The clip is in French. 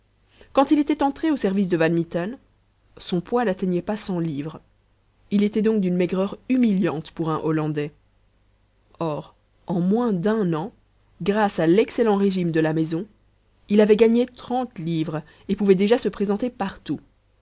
quand il était entré au service de van mitten son poids n'atteignait pas cent livres il était donc d'une maigreur humiliante pour un hollandais or en moins d'un an grâce à l'excellent régime de la maison il avait gagné trente livres et pouvait déjà se présenter partout